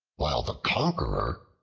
while the conqueror,